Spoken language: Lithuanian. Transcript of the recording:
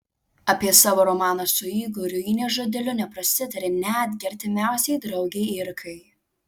apie savo romaną su igoriu ji nė žodeliu neprasitarė netgi artimiausiai draugei irkai